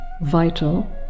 vital